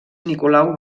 nicolau